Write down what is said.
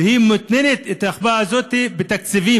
והיא מתנה את ההקפאה הזאת בתקציבים.